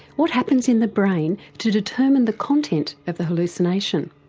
what happens in the brain to determine the content of the hallucination?